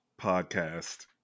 podcast